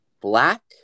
black